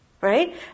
right